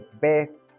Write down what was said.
best